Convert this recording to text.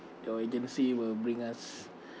your agency will bring us